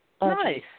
Nice